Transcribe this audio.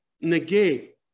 negate